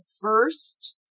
first